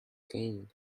gain